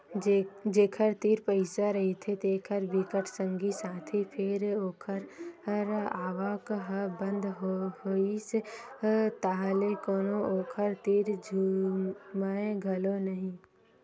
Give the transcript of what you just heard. जेखर तीर पइसा रहिथे तेखर बिकट संगी साथी फेर ओखर आवक ह बंद होइस ताहले कोनो ओखर तीर झुमय घलोक नइ